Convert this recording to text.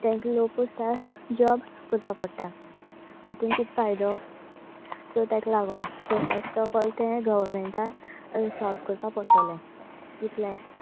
तांकां लो पोस्टाक जॉब करपा पडटा हातून कितें फायदो सो ताका लागनूसो फस्ट ऑफ ऑल तें गवर्मेंटान सोल्व कोपा पडटलें इतलेंच